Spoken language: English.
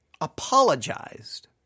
apologized